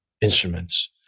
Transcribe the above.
instruments